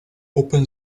open